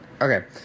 Okay